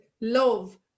love